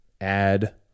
add